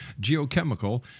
geochemical